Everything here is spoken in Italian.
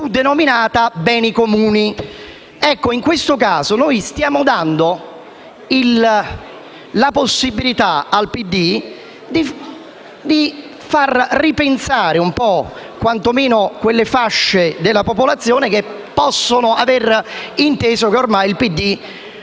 denominata «beni comuni». In questo caso stiamo dando la possibilità al PD di far ricredere quantomeno quelle fasce della popolazione che possono aver inteso che ormai il